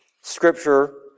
Scripture